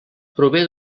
prové